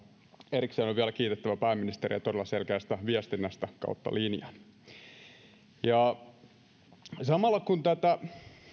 erikseen on vielä kiitettävä pääministeriä todella selkeästä viestinnästä kautta linjan samalla kun tätä